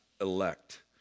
elect